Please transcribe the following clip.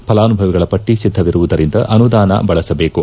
ಫಲಾನುಭವಿಗಳ ಪಟ್ಟ ಸಿದ್ಧವಿರುವುದರಿಂದ ಅನುದಾನ ಬಳಸಬೇಕು